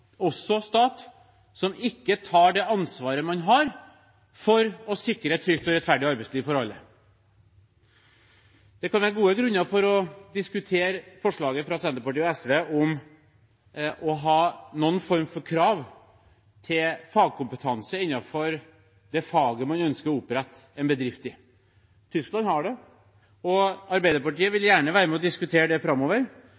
også en stat som ikke tar det ansvaret man har for å sikre et trygt og rettferdig arbeidsliv for alle. Det kan være gode grunner til å diskutere forslaget fra Senterpartiet og SV om å ha noen form for krav til fagkompetanse innenfor det faget man ønsker å opprette en bedrift i. Tyskland har det. Arbeiderpartiet